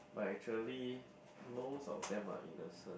but actually most of them are innocent